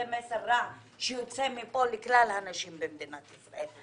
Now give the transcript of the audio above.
מסר רע שיוצא מפה לכלל הנשים במדינת ישראל.